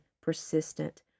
persistent